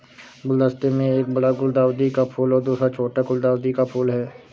गुलदस्ते में एक बड़ा गुलदाउदी का फूल और दूसरा छोटा गुलदाउदी का फूल है